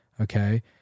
Okay